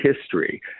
history